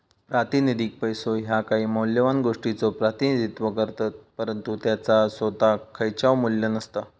प्रातिनिधिक पैसो ह्या काही मौल्यवान गोष्टीचो प्रतिनिधित्व करतत, परंतु त्याचो सोताक खयचाव मू्ल्य नसता